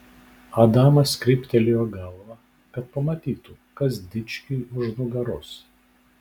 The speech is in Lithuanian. adamas kryptelėjo galvą kad pamatytų kas dičkiui už nugaros